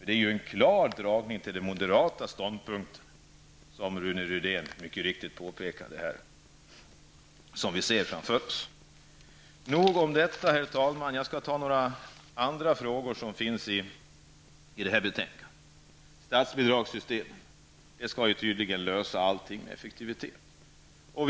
Det är en klar dragning till den moderata ståndpunkten, som Rune Rydén mycket riktigt påpekade, som vi ser framför oss. Nog om detta, herr talman. Jag skall ta upp ett par andra frågor som behandlas i betänkandet. Statsbidraget skall tydligen lösa allting när det gäller effektivitet.